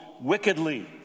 wickedly